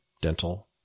dental